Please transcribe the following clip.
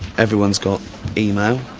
everyone's got email.